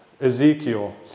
Ezekiel